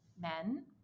men